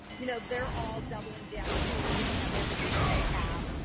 you know they're all doubling down too and giving up everything they have.